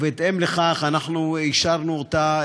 ובהתאם לכך אנחנו אישרנו אותה,